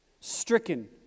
stricken